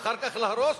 ואחר כך להרוס,